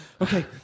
okay